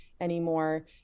anymore